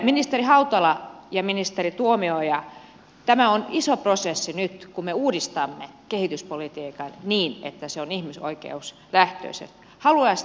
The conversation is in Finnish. ministeri hautala ja ministeri tuomioja tämä on iso prosessi nyt kun me uudistamme kehityspolitiikan niin että se on ihmisoikeuslähtöistä